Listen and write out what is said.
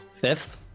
Fifth